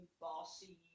bossy